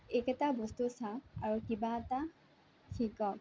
এইকেইটা বস্তু চাওঁক আৰু কিবা এটা শিকক